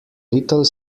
little